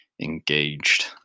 engaged